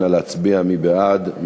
נא להצביע, מי בעד?